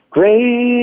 Great